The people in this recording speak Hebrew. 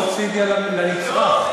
זאת סובסידיה לנצרך.